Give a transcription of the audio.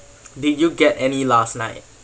did you get any last night